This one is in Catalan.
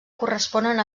corresponen